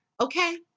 Okay